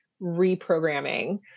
reprogramming